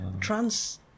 Trans